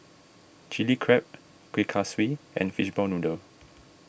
Chilli Crab Kueh Kaswi and Fishball Noodle